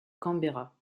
canberra